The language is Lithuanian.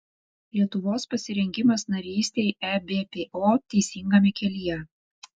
lietuvos pasirengimas narystei ebpo teisingame kelyje